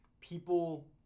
People